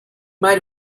might